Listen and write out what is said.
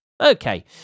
Okay